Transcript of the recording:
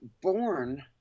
born